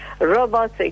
robots